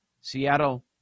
Seattle